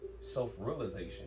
Self-realization